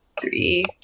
three